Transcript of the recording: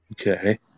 Okay